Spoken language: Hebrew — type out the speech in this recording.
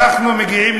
אנחנו מגיעים,